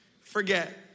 forget